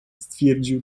stwierdził